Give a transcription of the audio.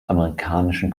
amerikanischen